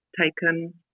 taken